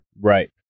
Right